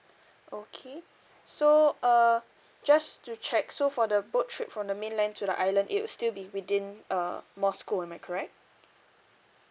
okay so uh just to check so for the boat trip from the main land to the island it will still be within uh moscow am I correct